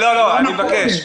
לא נכון.